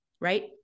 right